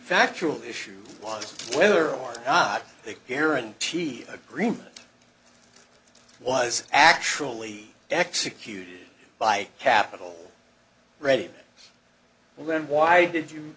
factual issue was whether or not they guaranteed agreement was actually executed by capital ready well then why did you